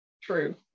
True